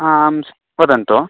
आम् स् वदन्तु